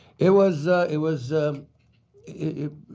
it was it was it